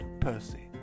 Percy